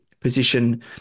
position